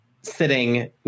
sitting